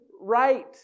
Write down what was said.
right